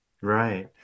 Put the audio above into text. right